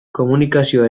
komunikazioa